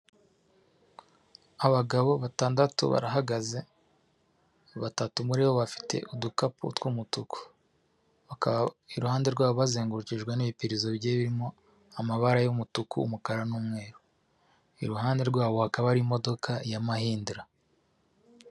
Abagabo batandatu barahagaze, batatu muri bo bafite udukapu tw'umutuku, iruhande rwabo bazengurukijwe n'ibipirizo bye birimo amabara y'umutuku, umukara n'umweru, iruhande rwabo hakaba ari imodoka ya Mahindra.